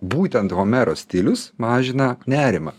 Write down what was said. būtent homero stilius mažina nerimą